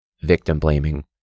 victim-blaming